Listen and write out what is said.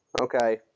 Okay